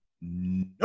Nope